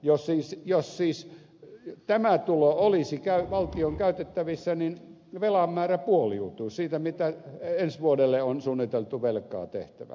jos siis tämä tulo olisi valtion käytettävissä niin velan määrä puoliutuisi siitä mitä ensi vuodelle on suunniteltu velkaa tehtävän